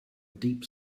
deep